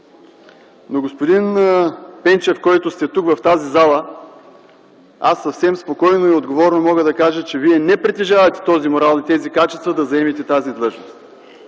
Но, господин Пенчев, който сте тук, в тази зала, аз съвсем спокойно и отговорно мога да кажа, че Вие не притежавате този морал и тези качества да заемете тази длъжност.